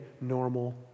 normal